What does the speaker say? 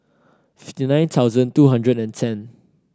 fifty nine thousand two hundred and ten